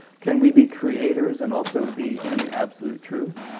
can we be creators and also be in absolute truth?